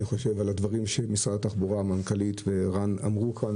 אני חושב שהדברים שמנכ"לית משרד התחבורה ורן שדמי אמרו כאן,